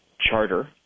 charter